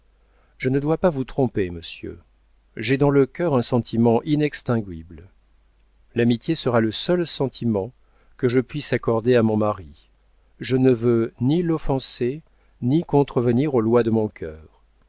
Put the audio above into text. je ne dois pas vous tromper monsieur j'ai dans le cœur un sentiment inextinguible l'amitié sera le seul sentiment que je puisse accorder à mon mari je ne veux ni l'offenser ni contrevenir aux lois de mon cœur